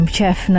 Chef